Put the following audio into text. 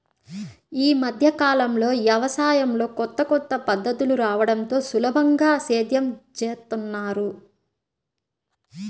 యీ మద్దె కాలంలో యవసాయంలో కొత్త కొత్త పద్ధతులు రాడంతో సులభంగా సేద్యం జేత్తన్నారు